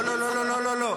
לא לא לא לא לא.